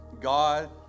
God